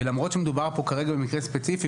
ולמרות שמדובר פה כרגע במקרה ספציפי